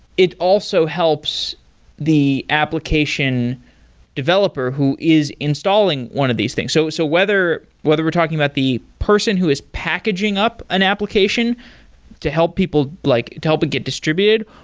it also helps the application developer who is installing one of these things so so whether whether we're talking about the person who is packaging up an application to help people like to help it get distributed,